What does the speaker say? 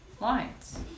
lines